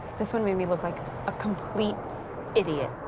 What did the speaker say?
this one made me look like a complete idiot.